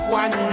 one